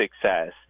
success